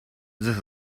this